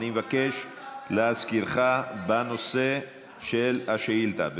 אני מבקש להזכירך: בנושא של השאילתה.